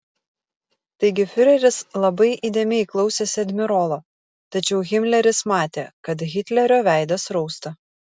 taigi fiureris labai įdėmiai klausėsi admirolo tačiau himleris matė kad hitlerio veidas rausta